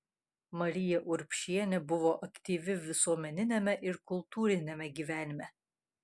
marija urbšienė buvo aktyvi visuomeniniame ir kultūriniame gyvenime